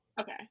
okay